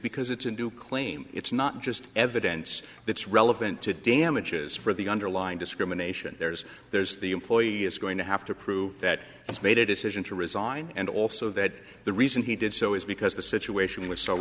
because it's a new claim it's not just evidence that's relevant to damages for the underlying discrimination there's there's the employee is going to have to prove that he's made a decision to resign and also that the reason he did so is because the situation was so